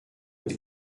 êtes